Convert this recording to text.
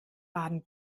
baden